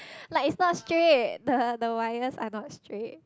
like it's not straight the the wires are not straight